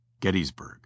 gettysburg